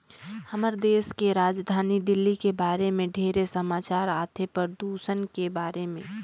हमर देश के राजधानी दिल्ली के बारे मे ढेरे समाचार आथे, परदूषन के बारे में